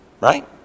Right